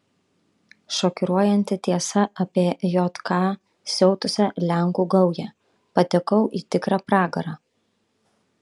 šokiruojanti tiesa apie jk siautusią lenkų gaują patekau į tikrą pragarą